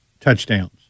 touchdowns